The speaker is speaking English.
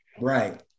Right